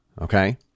Okay